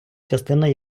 частина